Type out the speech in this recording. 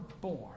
born